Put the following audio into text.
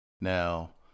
Now